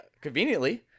conveniently